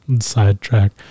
sidetrack